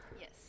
Yes